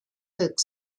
folk